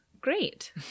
Great